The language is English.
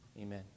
Amen